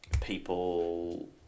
people